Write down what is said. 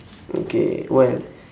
okay well